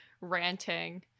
ranting